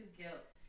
guilt